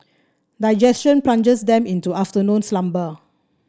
digestion plunges them into afternoon slumber